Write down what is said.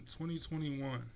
2021